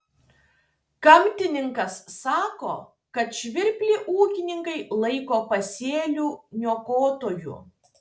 gamtininkas sako kad žvirblį ūkininkai laiko pasėlių niokotoju